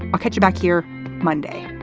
i'll catch you back here monday